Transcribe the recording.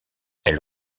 elle